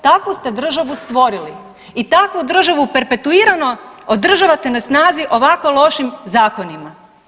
Takvu ste državu stvorili i takvu državu perpetuirano održavate na snazi ovako lošim zakonima.